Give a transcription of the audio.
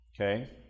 Okay